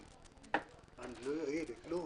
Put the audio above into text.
אין לי כלום.